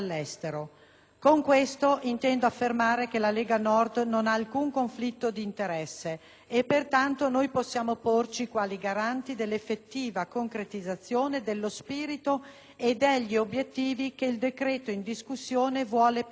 Con questo intendo affermare che la Lega Nord non ha alcun conflitto d'interesse e pertanto noi possiamo porci quali garanti dell'effettiva concretizzazione dello spirito e degli obiettivi che il decreto in discussione vuole perseguire,